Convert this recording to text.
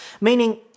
meaning